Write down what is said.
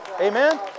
Amen